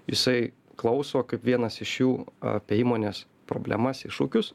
jisai klauso kaip vienas iš jų apie įmonės problemas iššūkius